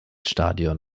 stadion